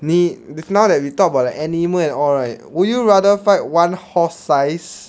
你 now that we talk about the animal and all right would you rather fight one horse size